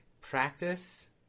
practice